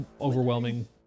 overwhelming